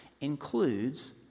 includes